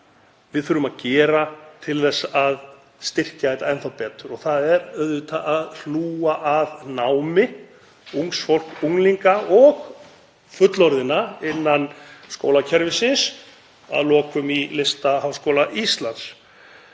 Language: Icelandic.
við þurfum að gera til þess að styrkja þetta enn betur og það er að hlúa að námi ungs fólk, og líka fullorðinna, innan skólakerfisins, og að lokum í Listaháskóla Íslands.